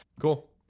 Cool